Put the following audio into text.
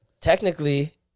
Technically